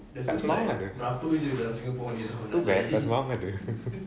kat sembawang ada too bad kat sembawang ada